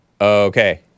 Okay